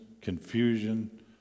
confusion